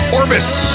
orbits